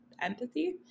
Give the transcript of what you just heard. empathy